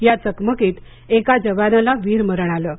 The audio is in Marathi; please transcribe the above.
या चकमकीत एका जवानाला वीरमरण आलं आहे